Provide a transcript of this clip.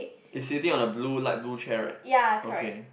he's sitting on a blue light blue chair right okay